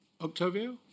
Octavio